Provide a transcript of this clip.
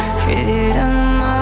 freedom